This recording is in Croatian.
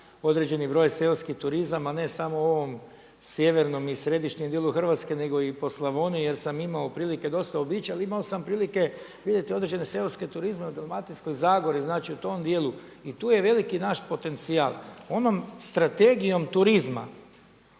određeni broj seoskih turizama ne samo u ovom sjevernom i središnjem dijelu Hrvatske nego i po Slavoniji jer sam imao prilike dosta obići ali imao sam prilike vidjeti i određene seoske turizme u Dalmatinskoj zagori, znači u tom dijelu i tu je veliki naš potencijal. Onom Strategijom turizma